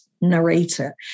narrator